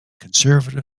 conservative